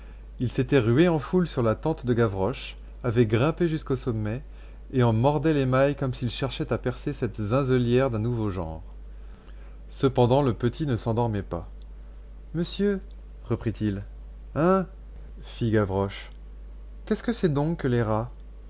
ils s'étaient rués en foule sur la tente de gavroche avaient grimpé jusqu'au sommet et en mordaient les mailles comme s'ils cherchaient à percer cette zinzelière d'un nouveau genre cependant le petit ne s'endormait pas monsieur reprit-il hein fit gavroche qu'est-ce que c'est donc que les rats